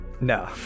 No